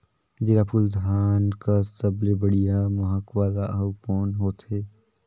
जीराफुल धान कस सबले बढ़िया महक वाला अउ कोन होथै?